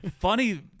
Funny